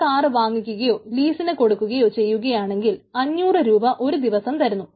ഒരു കാർ വാങ്ങിക്കുകയോ ലീസിന് കൊടുക്കുകയോ ചെയ്യുകയാണെങ്കിൽ 500 രൂപ ഒരു ദിവസം വരുന്നു